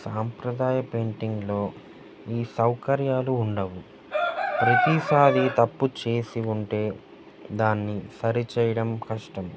సాంప్రదాయ పెయింటింగ్లో ఈ సౌకర్యాలు ఉండవు ప్రతీసారీ తప్పు చేసి ఉంటే దాన్ని సరిచేయడం కష్టం